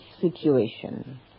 situation